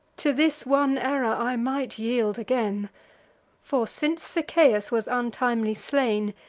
to this one error i might yield again for, since sichaeus was untimely slain,